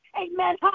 Amen